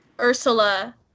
Ursula